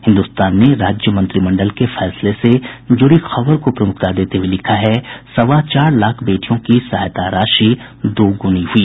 हिन्दुस्तान ने राज्यमंत्रिमंडल के फैसले से जुड़ी खबर को प्रमुखता देते हुये लिखा है सवा चार लाख बेटियों की सहायता राशि दोगुनी हुई